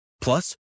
Plus